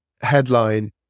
headline